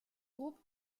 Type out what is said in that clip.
groupe